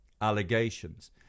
allegations